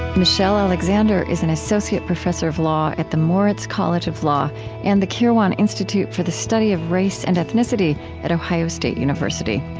michelle alexander is an associate professor of law at the moritz college of law and the kirwan institute for the study of race and ethnicity at ohio state university.